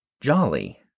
jolly